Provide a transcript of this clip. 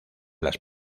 las